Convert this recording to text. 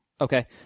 Okay